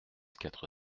quatre